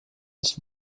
nicht